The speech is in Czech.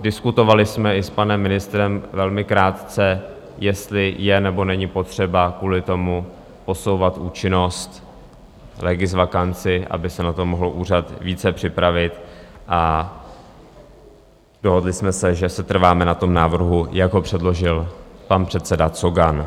Diskutovali jsme i s panem ministrem velmi krátce, jestli je, nebo není potřeba kvůli tomu posouvat účinnost, legisvakanci, aby se na to mohl úřad více připravit, a dohodli jsme se, že setrváme na návrhu, jak ho předložil pan předseda Cogan.